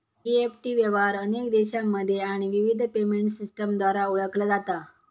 EFT व्यवहार अनेक देशांमध्ये आणि विविध पेमेंट सिस्टमद्वारा ओळखला जाता